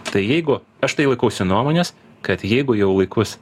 tai jeigu aš tai laikausi nuomonės kad jeigu jau laikus